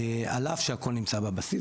על אף שהכל נמצא בבסיס,